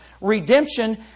redemption